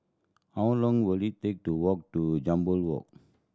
how long will it take to walk to Jambol Walk